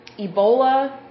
ebola